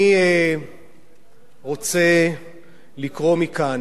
אני רוצה לקרוא מכאן,